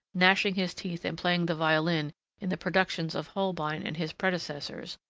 gnashing his teeth and playing the violin in the productions of holbein and his predecessors,